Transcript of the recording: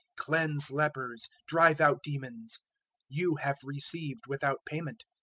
cleanse lepers, drive out demons you have received without payment,